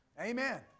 Amen